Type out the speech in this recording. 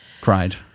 cried